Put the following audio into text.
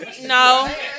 no